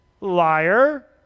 Liar